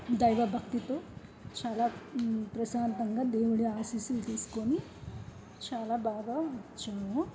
దైవభక్తితో చాలా ప్రశాంతంగా దేవుడి ఆశీస్సు తీసుకొని చాలా బాగా వచ్చాము